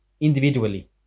individually